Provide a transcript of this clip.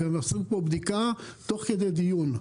עושים בדיקה תוך כדי דיון.